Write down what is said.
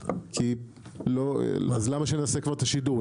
אז למה שנעשה כבר את השידור?